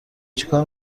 چیکار